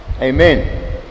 Amen